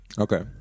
Okay